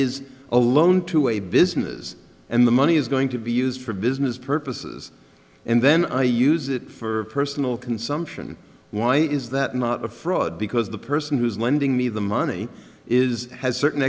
is a loan to a business and the money is going to be used for business purposes and then i use it for personal consumption why is that not a fraud because the person who is lending me the money is has certain